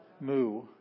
mu